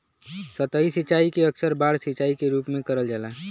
सतही सिंचाई के अक्सर बाढ़ सिंचाई के रूप में करल जाला